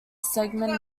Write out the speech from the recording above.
segment